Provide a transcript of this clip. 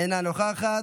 אינו נוכח,